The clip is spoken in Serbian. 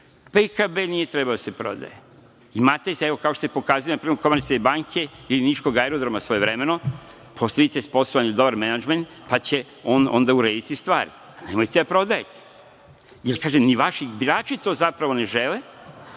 PKB nije trebao da se prodaje. Imate, kao što se pokazalo na primeru Komercijalne banke i niškog aerodroma svojevremeno, postavite sposoban i dobar menadžment, pa će onda urediti stvari, ali nemojte da prodajete. Kažem, ni vaši birači to zapravo ne žele,